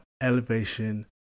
elevation